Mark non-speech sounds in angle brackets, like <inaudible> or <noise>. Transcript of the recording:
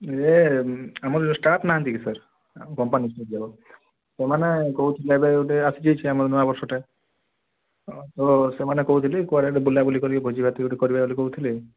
ଇଏ ଆମର ଯେଉଁ ଷ୍ଟାଫ୍ ନାହାନ୍ତି କି ସାର୍ ଆମ କମ୍ପାନୀ <unintelligible> ସେମାନେ କହୁଛନ୍ତି ଏବେ ଗୋଟେ ଆସୁଛି ନୂଆ ବର୍ଷଟେ ତ ସେମାନେ କହୁଥିଲେ କୁଆଡ଼େ ଟିକିଏ ବୁଲାବୁଲି କରିବେ ଭୋଜି ଭାତ କରିବେ ବୋଲି କହୁଥିଲେ